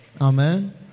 Amen